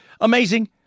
amazing